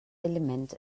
element